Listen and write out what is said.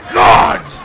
god